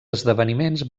esdeveniments